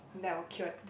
then I'll cured